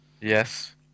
Yes